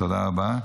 תודה רבה.